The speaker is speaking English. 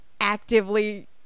actively